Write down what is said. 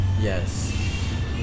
Yes